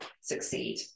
succeed